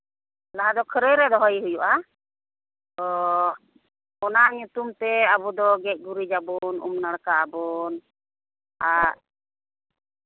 ᱞᱟᱦᱟ ᱫᱚ ᱠᱷᱟᱹᱨᱟᱹᱭ ᱨᱮ ᱫᱚᱦᱚᱭᱮ ᱦᱩᱭᱩᱜᱼᱟ ᱟᱫᱚ ᱚᱱᱟ ᱧᱩᱛᱩᱢ ᱛᱮ ᱟᱵᱚ ᱫᱚ ᱜᱮᱡ ᱜᱩᱨᱤᱡᱟᱵᱚᱱ ᱩᱢ ᱱᱟᱲᱠᱟᱜ ᱟᱵᱚᱱ ᱟᱨ